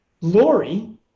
Lori